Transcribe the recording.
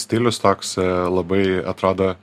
stilius toks labai atrodo